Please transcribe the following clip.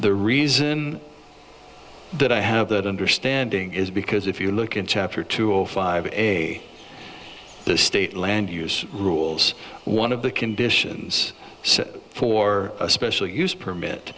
the reason that i have that understanding is because if you look in chapter two or five a the state land use rules one of the conditions set for a special use permit